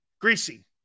Greasy